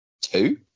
two